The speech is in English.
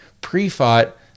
pre-fought